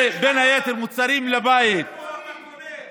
זה, בין היתר, מוצרים לבית, איפה אתה קונה?